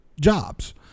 jobs